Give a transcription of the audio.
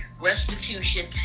restitution